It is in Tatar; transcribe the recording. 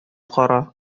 кара